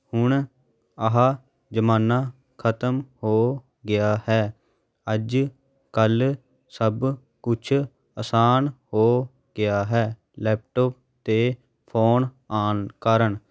ਹੁਣ ਆਹ ਜ਼ਮਾਨਾ ਖਤਮ ਹੋ ਗਿਆ ਹੈ ਅੱਜ ਕੱਲ੍ਹ ਸਭ ਕੁਛ ਆਸਾਨ ਹੋ ਗਿਆ ਹੈ ਲੈਪਟੋਪ ਅਤੇ ਫ਼ੋਨ ਆਉਣ ਕਾਰਨ